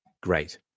great